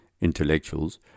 intellectuals